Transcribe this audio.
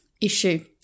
issue